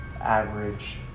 average